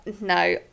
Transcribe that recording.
no